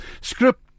script